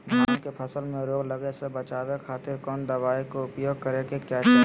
धान के फसल मैं रोग लगे से बचावे खातिर कौन दवाई के उपयोग करें क्या चाहि?